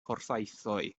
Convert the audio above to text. porthaethwy